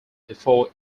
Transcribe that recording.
before